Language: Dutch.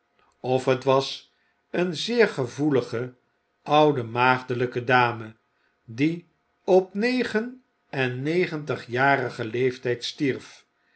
of het was een zeer gevoelige oude maagdeltjke dame die op negen en negentigjarigen leeftyd stierf